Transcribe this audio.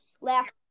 Last